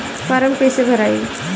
Form कईसे भराई?